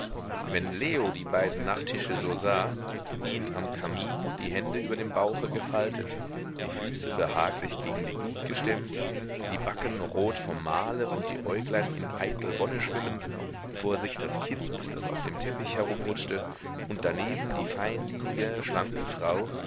wenn leo die beiden nach tisch so sah ihn am kamin die hände über dem bauche gefaltet die füße behaglich gegen die glut gestemmt die backen noch rot vom mahle und die äuglein in eitel wonne schwimmend vor sich das kind das auf dem teppich herumrutschte und daneben die feinlinige schlanke frau